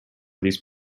these